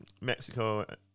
Mexico